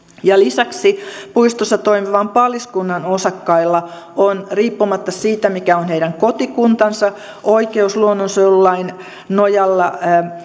lisäksi puistossa toimivan paliskunnan osakkailla on riippumatta siitä mikä on heidän kotikuntansa oikeus luonnonsuojelulain nojalla